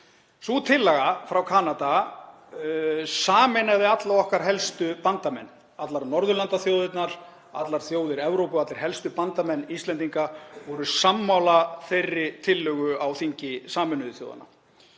Sú tillaga frá Kanada sameinaði alla okkar helstu bandamenn. Allar Norðurlandaþjóðirnar, allar þjóðir Evrópu og allir helstu bandamenn Íslendinga voru sammála þeirri tillögu á þingi Sameinuðu þjóðanna.